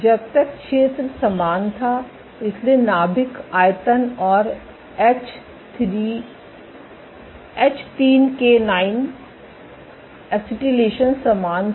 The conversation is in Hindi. जब तक क्षेत्र समान था इसलिए नाभिक आयतन और एच3के9 एसिटिलेशन समान था